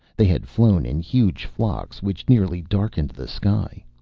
they had flown in huge flocks which nearly darkened the sky.